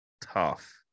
Tough